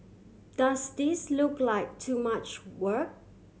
does this look like too much work